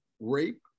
rape